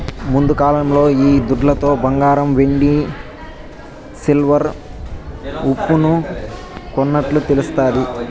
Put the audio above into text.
ముందుకాలంలో ఈ దుడ్లతో బంగారం వెండి సిల్వర్ ఉప్పును కొన్నట్టు తెలుస్తాది